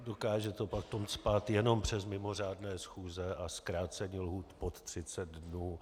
Dokáže to potom cpát jenom přes mimořádné schůze a zkrácení lhůt pod 30 dnů.